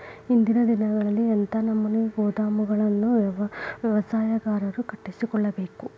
ಇಂದಿನ ದಿನಗಳಲ್ಲಿ ಎಂಥ ನಮೂನೆ ಗೋದಾಮುಗಳನ್ನು ವ್ಯವಸಾಯಗಾರರು ಕಟ್ಟಿಸಿಕೊಳ್ಳಬೇಕು?